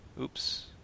Oops